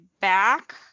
back